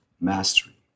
mastery